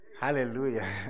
Hallelujah